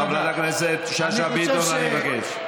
חברת הכנסת שאשא ביטון, אני מבקש.